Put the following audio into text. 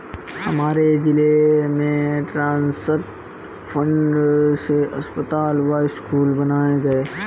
हमारे जिले में ट्रस्ट फंड से अस्पताल व स्कूल बनाए गए